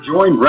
Join